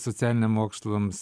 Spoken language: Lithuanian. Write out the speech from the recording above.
socialiniam mokslams